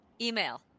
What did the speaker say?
Email